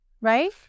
right